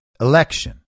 election